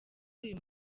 uyu